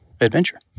adventure